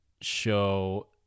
show